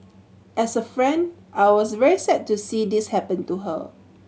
as a friend I was very sad to see this happen to her